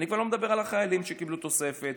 אני כבר לא מדבר על החרדים שקיבלו תוספת,